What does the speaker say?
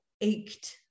ached